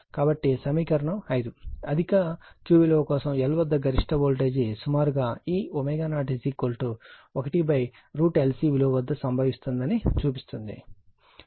కాబట్టి సమీకరణం 5 అధిక Q విలువ కోసం L వద్ద గరిష్ట వోల్టేజ్ సుమారుగా ఈ ω0 1√L C విలువ వద్ద సంభవిస్తుందని చూపిస్తుంది